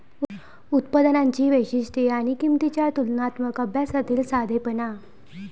उत्पादनांची वैशिष्ट्ये आणि किंमतींच्या तुलनात्मक अभ्यासातील साधेपणा